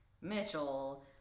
mitchell